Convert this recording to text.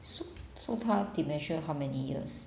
so so 他 dementia how many years